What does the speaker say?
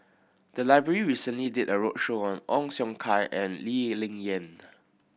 the library recently did a roadshow on Ong Siong Kai and Lee Ling Yen